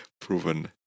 proven